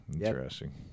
Interesting